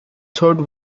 third